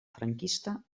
franquista